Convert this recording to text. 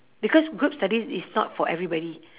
because group studies is not for everybody